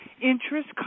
interest